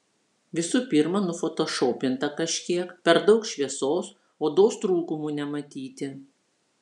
visų pirma nufotošopinta kažkiek per daug šviesos odos trūkumų nematyti